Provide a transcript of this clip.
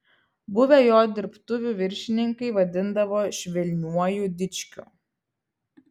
buvę jo dirbtuvių viršininkai vadindavo švelniuoju dičkiu